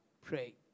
pray